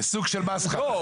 בסוג של מסחרה.